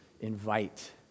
invite